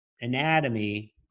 anatomy